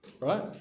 right